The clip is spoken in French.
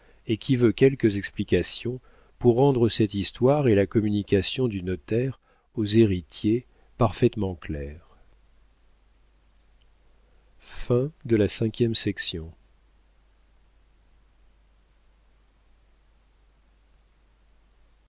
et qui veut quelques explications pour rendre cette histoire et la communication du notaire aux héritiers parfaitement claires